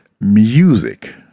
music